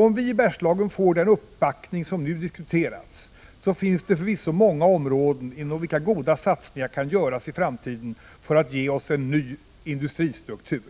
Om vi i Bergslagen får den uppbackning som nu diskuterats finns det förvisso många områden inom vilka goda satsningnar kan göras i framtiden för att ge oss en ny industristruktur.